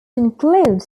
includes